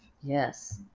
Yes